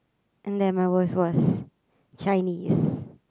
and then my worst was Chinese